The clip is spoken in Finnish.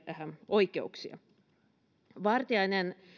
oikeuksia edustaja vartiainen